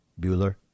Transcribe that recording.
Bueller